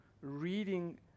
reading